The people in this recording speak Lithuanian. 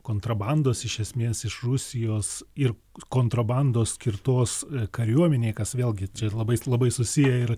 kontrabandos iš esmės iš rusijos ir kontrabandos skirtos kariuomenei kas vėlgi labai labai susiję ir